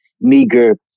meager